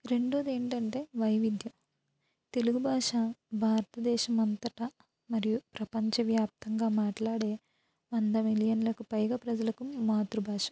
రెండోది ఏంటంటే వైవిధ్యం తెలుగు భాష భారతదేశం అంతటా మరియు ప్రపంచవ్యాప్తంగా మాట్లాడే వంద మిలియన్లకు పైగా ప్రజలకు మాతృభాష